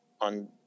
on